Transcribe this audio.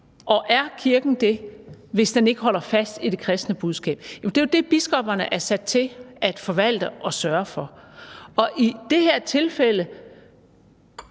Og er kirken det, hvis den ikke holder fast i det kristne budskab? Det er jo det, biskopperne er sat til at forvalte og sørge for. I det her tilfælde